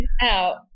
out